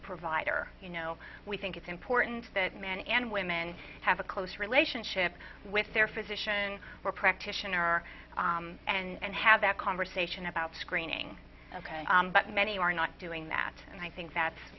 provider you know we think it's important that men and women have a close relationship with their physician or practitioner and have that conversation about screening ok but many are not doing that and i think that's